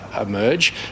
emerge